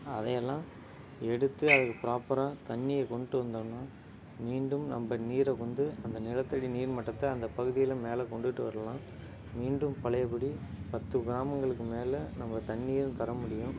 அதை எல்லாம் எடுத்து அதுக்கு ப்ராப்பராக தண்ணியை கொண்டுட்டு வந்தோன்னால் மீண்டும் நம்ம நீரை வந்து அந்த நிலத்தடி நீர் மட்டத்தை அந்த பகுதியில் மேல கொண்டுட்டு வரலாம் மீண்டும் பழையபடி பத்து கிராமங்களுக்கு மேல் நம்ம தண்ணியும் தர முடியும்